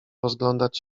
rozglądać